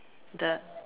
the